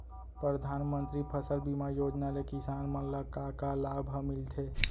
परधानमंतरी फसल बीमा योजना ले किसान मन ला का का लाभ ह मिलथे?